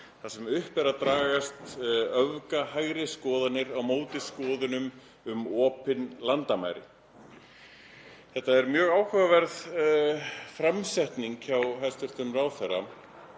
þar sem upp eru að dragast öfga hægri skoðanir á móti skoðunum um opin landamæri.“ Þetta er mjög áhugaverð framsetning hjá hæstv. ráðherra